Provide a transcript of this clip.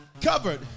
covered